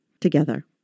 together